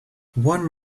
one